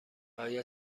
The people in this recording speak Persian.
آیا